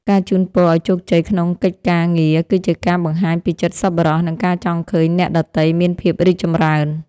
ការជូនពរឱ្យជោគជ័យក្នុងកិច្ចការងារគឺជាការបង្ហាញពីចិត្តសប្បុរសនិងការចង់ឃើញអ្នកដទៃមានភាពរីកចម្រើន។